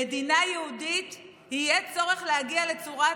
במדינה יהודית יהיה צורך "להגיע לצורת